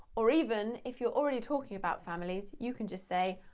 or even, if you're already talking about families, you can just say,